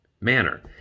manner